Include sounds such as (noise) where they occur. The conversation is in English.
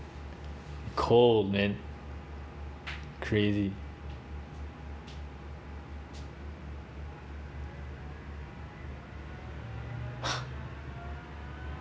cold man crazy (breath)